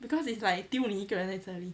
because it's like 丢你一个人在这里